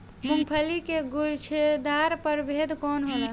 मूँगफली के गुछेदार प्रभेद कौन होला?